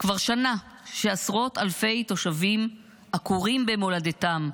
כבר שנה שעשרות אלפי תושבים עקורים במולדתם,